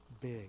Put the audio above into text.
big